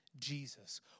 Jesus